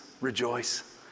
rejoice